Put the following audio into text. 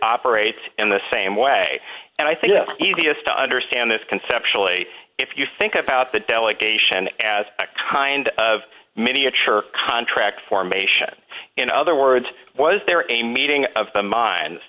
operates in the same way and i think easiest to understand this conceptually if you think about the delegation as a kind of miniature contract formation in other words was there a meeting of the min